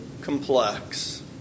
complex